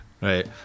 Right